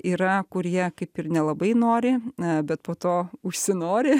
yra kurie kaip ir nelabai nori bet po to užsinori